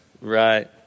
Right